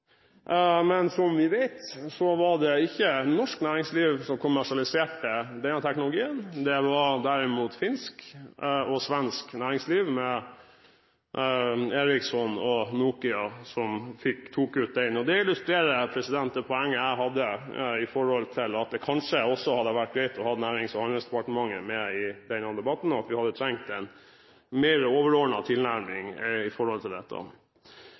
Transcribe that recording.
Men som vi vet, var det ikke norsk næringsliv som kommersialiserte denne teknologien, det var derimot finsk og svensk næringsliv ved Nokia og Ericsson som gjorde det. Det illustrerer det poenget jeg hadde om at det kanskje også hadde vært greit å ha Nærings- og handelsdepartementet med i denne debatten, og at vi hadde trengt en mer overordnet tilnærming til dette. Vi er jo ikke helt enige med forslagsstillerne i